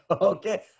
Okay